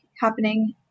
happening